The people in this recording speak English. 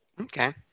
Okay